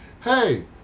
Hey